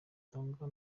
itangwa